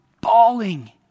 bawling